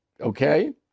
okay